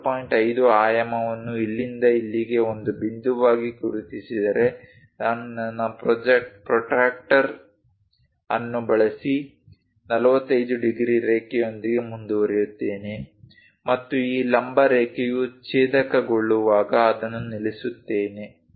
5 ಆಯಾಮವನ್ನು ಇಲ್ಲಿಂದ ಇಲ್ಲಿಗೆ ಒಂದು ಬಿಂದುವಾಗಿ ಗುರುತಿಸಿದರೆ ನಾನು ನನ್ನ ಪ್ರೊಟ್ರಾಕ್ಟರ್ ಅನ್ನು ಬಳಸಿ 45 ಡಿಗ್ರಿ ರೇಖೆಯೊಂದಿಗೆ ಮುಂದುವರೆಯುತ್ತೇನೆ ಮತ್ತು ಈ ಲಂಬ ರೇಖೆಯು ಛೇದಕಗೊಳ್ಳುವಾಗ ಅದನ್ನು ನಿಲ್ಲಿಸುತ್ತೇನೆ